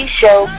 show